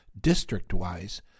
district-wise